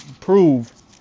prove